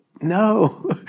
no